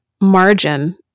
margin